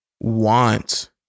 want